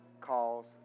calls